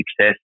success